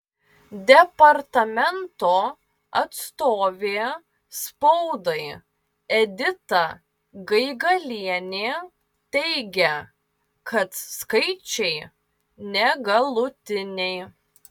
departamento atstovė spaudai edita gaigalienė teigia kad skaičiai negalutiniai